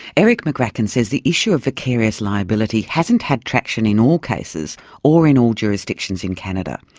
eric magraken says the issue of vicarious liability hasn't had traction in all cases or in all jurisdictions in canada,